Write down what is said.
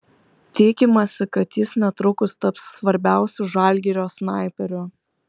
tikimasi kad jis netrukus taps svarbiausiu žalgirio snaiperiu